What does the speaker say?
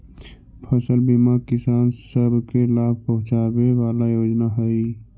फसल बीमा किसान सब के लाभ पहुंचाबे वाला योजना हई